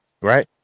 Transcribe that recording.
right